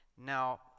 now